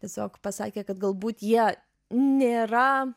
tiesiog pasakė kad galbūt jie nėra